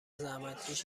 زحمتکش